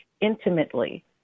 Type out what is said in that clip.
intimately